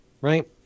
right